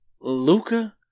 Luca